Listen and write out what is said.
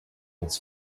its